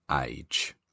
age